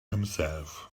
himself